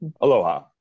Aloha